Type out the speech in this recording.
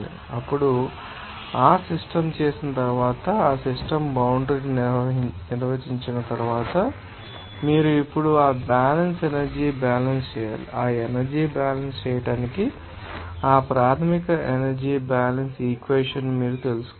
అప్పుడు ఆ సిస్టమ్ చేసిన తర్వాత లేదా ఆ సిస్టమ్ బౌండ్రి ను నిర్వచించిన తరువాత మీరు ఇప్పుడు ఆ బ్యాలెన్స్ ఎనర్జీ బ్యాలెన్స్ చేయాలి ఆ ఎనర్జీ బ్యాలెన్స్ చేయడానికి ఆ ప్రాథమిక ఎనర్జీ బ్యాలెన్స్ ఇక్వెషన్ మీరు తెలుసుకోవాలి